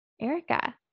Erica